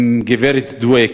עם גברת דואק,